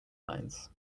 lines